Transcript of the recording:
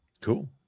Cool